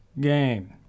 game